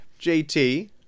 JT